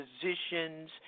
positions